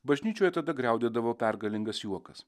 bažnyčioje tada griaudėdavo pergalingas juokas